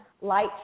light